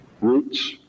Roots